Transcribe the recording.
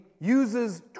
uses